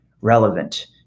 relevant